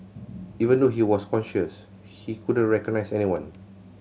even though he was conscious he couldn't recognise anyone